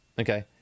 Okay